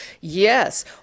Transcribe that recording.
Yes